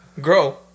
grow